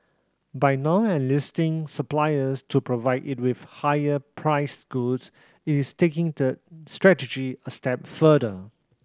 by now enlisting suppliers to provide it with higher priced goods it is taking that strategy a step further